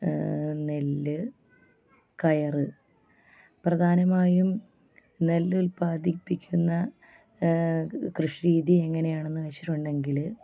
നെല്ല് കയർ പ്രധാനമായും നെല്ല് ഉത്പാധിപ്പിക്കുന്ന കൃഷി രീതി എങ്ങനെയാണെന്ന് വെച്ചിട്ടുണ്ടെങ്കിൽ